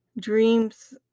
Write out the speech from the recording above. dreams